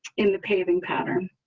in the paving pattern.